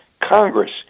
Congress